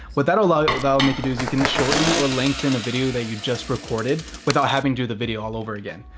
what that allow that'll make you do is you can shorten or lengthen a video that you just recorded without having to do the video all over again.